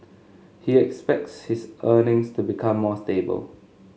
he expects his earnings to become more stable